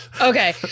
Okay